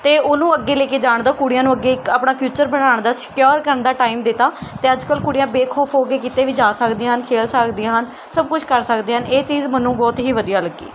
ਅਤੇ ਉਹਨੂੰ ਅੱਗੇ ਲੈ ਕੇ ਜਾਣ ਦਾ ਕੁੜੀਆਂ ਨੂੰ ਅੱਗੇ ਇੱਕ ਆਪਣਾ ਫਿਊਚਰ ਬਣਾਉਣ ਦਾ ਸਿਕਿਓਰ ਕਰਨ ਦਾ ਟਾਈਮ ਦਿੱਤਾ ਅਤੇ ਅੱਜ ਕੱਲ੍ਹ ਕੁੜੀਆਂ ਬੇਖੌਫ ਹੋ ਕੇ ਕਿਤੇ ਵੀ ਜਾ ਸਕਦੀਆਂ ਹਨ ਖੇਲ ਸਕਦੀਆਂ ਹਨ ਸਭ ਕੁਛ ਕਰ ਸਕਦੀਆਂ ਹਨ ਇਹ ਚੀਜ਼ ਮੈਨੂੰ ਬਹੁਤ ਹੀ ਵਧੀਆ ਲੱਗੀ